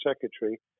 secretary